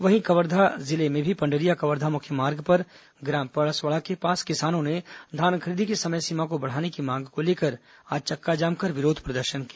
वहीं कवर्धा जिले में भी पंडरिया कवर्धा मुख्य मार्ग पर ग्राम परसवाड़ा के पास किसानों ने धान खरीदी की समय सीमा को बढ़ाने की मांग को लेकर आज चक्काजाम कर विरोध प्रदर्शन किया